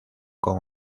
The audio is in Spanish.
con